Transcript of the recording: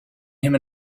him